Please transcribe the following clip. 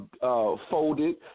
folded